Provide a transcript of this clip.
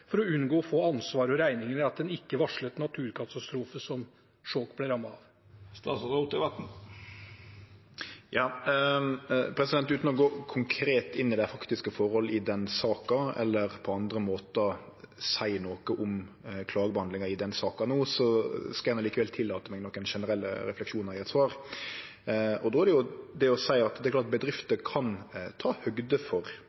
for å unngå å få ansvar for og regningen etter en ikke varslet naturkatastrofe som Skjåk ble rammet av? Utan å gå konkret inn i dei faktiske forholda i den saka eller på andre måtar seie noko om klagebehandlinga i den saka no, skal eg likevel tillate meg nokre generelle refleksjonar i eit svar. Då er det å seie at det er klart at bedrifter kan ta høgde for